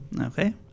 okay